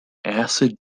acid